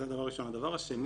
דבר שני